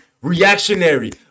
Reactionary